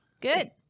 Good